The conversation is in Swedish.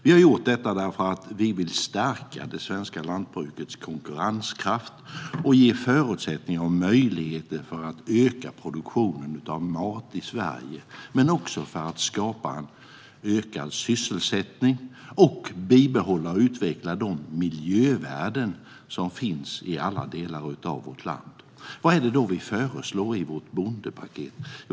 Vi har gjort detta därför att vi vill stärka det svenska lantbrukets konkurrenskraft och ge förutsättningar och möjligheter att öka produktionen av mat i Sverige. Men vi har också gjort det för att skapa ökad sysselsättning och bibehålla och utveckla de miljövärden som finns i alla delar av vårt land. Vad är det då vi föreslår i vårt bondepaket?